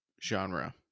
genre